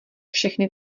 všechny